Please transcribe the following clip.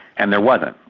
and there wasn't.